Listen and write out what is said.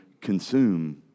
consume